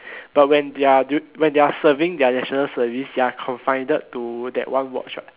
but when they're do when they're serving their national service they're confined to that one watch what